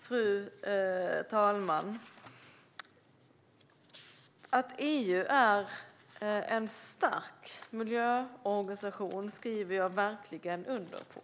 Fru talman! Att EU är en stark miljöorganisation skriver jag verkligen under på.